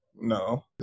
No